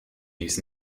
dies